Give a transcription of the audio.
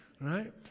right